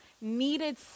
needed